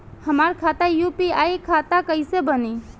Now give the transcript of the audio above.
हमार खाता यू.पी.आई खाता कइसे बनी?